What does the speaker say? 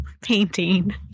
painting